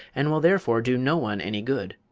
and will therefore do no one any good.